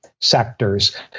sectors